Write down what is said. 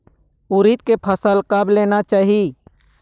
उरीद के फसल कब लेना चाही?